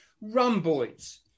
rhomboids